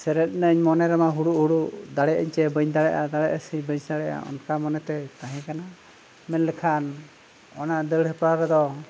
ᱥᱮᱞᱮᱫ ᱞᱤᱱᱟᱹᱧ ᱢᱚᱱᱮ ᱨᱮᱢᱟ ᱦᱩᱰᱩᱜ ᱦᱩᱰᱩᱜ ᱫᱟᱲᱮᱭᱟᱜᱼᱟᱹᱧ ᱥᱮ ᱵᱟᱹᱧ ᱫᱟᱲᱮᱭᱟᱜᱼᱟ ᱫᱟᱲᱮᱭᱟᱜᱼᱟ ᱥᱮ ᱵᱟᱹᱧ ᱫᱟᱲᱮᱭᱟᱜᱼᱟ ᱚᱱᱠᱟ ᱢᱚᱱᱮᱛᱮ ᱛᱟᱦᱮᱸ ᱠᱟᱱᱟ ᱢᱮᱱ ᱞᱮᱠᱷᱟᱱ ᱚᱱᱟ ᱫᱟᱹᱲ ᱦᱮᱯᱨᱟᱣ ᱨᱮᱫᱚ